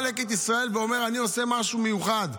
לקט ישראל בא ואומר: אני עושה משהו מיוחד,